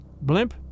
Blimp